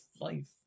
life